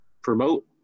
promote